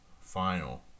final